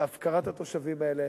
מהפקרת התושבים האלה,